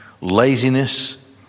laziness